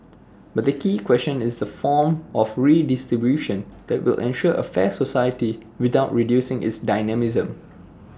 but the key question is the form of redistribution that will ensure A fair society without reducing its dynamism